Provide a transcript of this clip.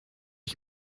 ich